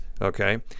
okay